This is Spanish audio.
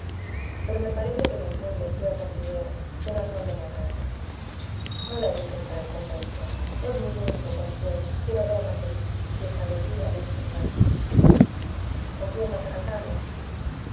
pero me parece que le infundes ciertas ideas que no son de mi agrado no la eduques para el convento es mi único consuelo quiero verla feliz y establecida en este lugar con quién vas a casarla